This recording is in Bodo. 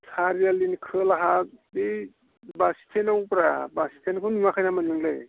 सारिआलिनि खोलाहा बै बास स्टेनावब्रा बास स्टेनखौनो नुआखै नामा नोंलाय